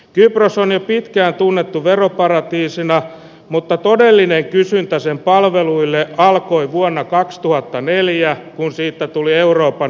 kypros on jo pitkään tunnettu veroparatiisina mutta todellinen kysyntä sen palveluille ja alkoi vuonna kaksituhattaneljä kun siitä tuli euroopan